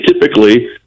typically